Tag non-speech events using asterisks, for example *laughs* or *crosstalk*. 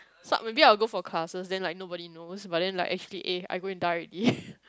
so maybe I will go for classes then like nobody knows but then like actually eh I go and die already *laughs*